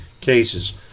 cases